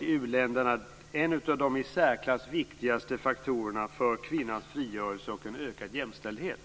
u-länderna har varit en av de i särklass viktigaste faktorerna för kvinnans frigörelse och för ökad jämställdhet.